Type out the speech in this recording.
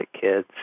kids